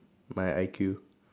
my I_Q